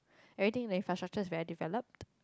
everything that you frustrated is very developed